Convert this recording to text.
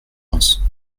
pense